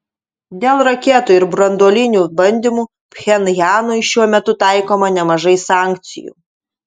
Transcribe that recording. dėl raketų ir branduolinių bandymų pchenjanui šiuo metu taikoma nemažai sankcijų